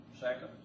Second